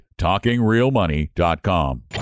TalkingRealMoney.com